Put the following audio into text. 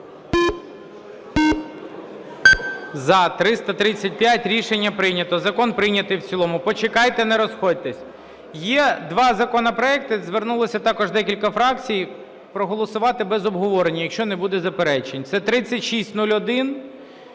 За-335 Рішення прийнято. Закон прийнятий в цілому. Почекайте, не розходьтесь. Є два законопроекти, звернулися також декілька фракцій проголосувати без обговорення, якщо не буде заперечень, це 3601,